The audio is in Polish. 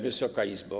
Wysoka Izbo!